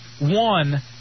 one